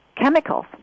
chemicals